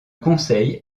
conseil